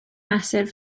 mesur